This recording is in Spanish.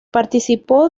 participó